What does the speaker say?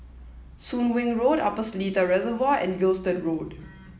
soon Wing Road Upper Seletar Reservoir and Gilstead Road